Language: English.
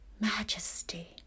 majesty